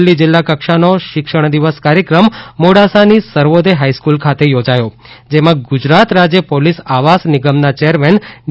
અરવલ્લી જિલ્લા કક્ષાનો શિક્ષણ દિન કાર્યક્રમ મોડાસાની સર્વોદય હાઇસ્કુલ ખાતે યોજાયો જેમાં ગુજરાત રાજ્ય પોલીસ આવાસ નિગમના ચેરમેન ડી